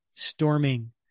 storming